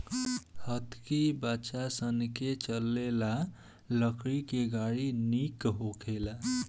हतकी बच्चा सन के चले ला लकड़ी के गाड़ी निक होखेला